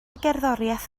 gerddoriaeth